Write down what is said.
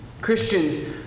Christians